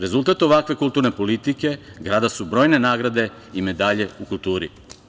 Rezultat ovakve kulturne politike grada su brojne nagrade i medalje u kulturi.